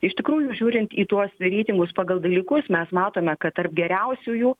iš tikrųjų žiūrint į tuos reitingus pagal dalykus mes matome kad tarp geriausiųjų